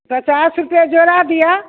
पचास रुपए जोड़ा दिअ